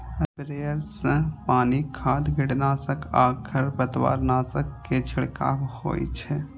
sprayer सं पानि, खाद, कीटनाशक आ खरपतवारनाशक के छिड़काव होइ छै